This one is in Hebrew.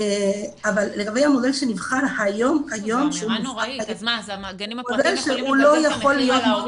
אבל לגבי המודל שנבחן --- הוא לא יכול להיות מוחל